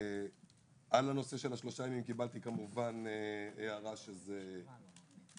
על הנושא של השלושה ימים קיבלתי כמובן הערה שזה עלויות,